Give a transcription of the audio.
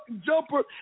jumper